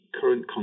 current